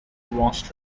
washed